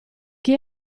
chi